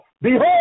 Behold